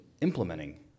implementing